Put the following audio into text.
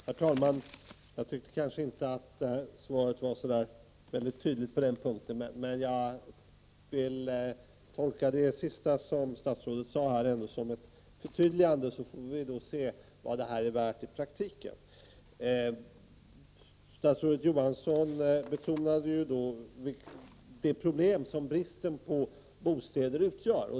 Herr talman! Jag tycker nog inte att det här svaret heller var så tydligt på den punkten, men jag vill tolka det sista statsrådet sade som ett förtydligande — så får vi se vad detta är värt i praktiken. Statsrådet Johansson betonade ju de problem som bristen på bostäder utgör.